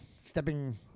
stepping